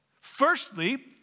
firstly